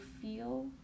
feel